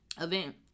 event